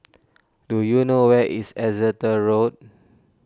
do you know where is Exeter Road